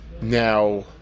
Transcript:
Now